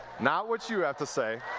not what you have to say.